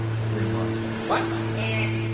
the green monster what? and